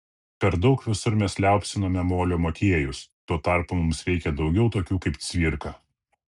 per daug visur mes liaupsiname molio motiejus tuo tarpu mums reikia daugiau tokių kaip cvirka